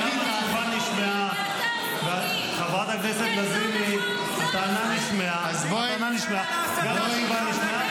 גם התגובה נשמעה --- אז בואי אני אגיד